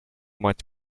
might